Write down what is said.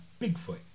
Bigfoot